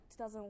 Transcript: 2001